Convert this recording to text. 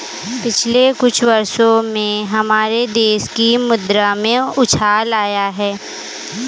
पिछले कुछ वर्षों में हमारे देश की मुद्रा में उछाल आया है